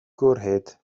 gwrhyd